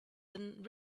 than